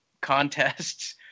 contests